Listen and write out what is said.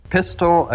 Pistol